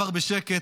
עבר בשקט,